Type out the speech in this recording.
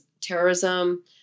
terrorism